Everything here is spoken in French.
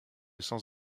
sens